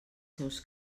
seus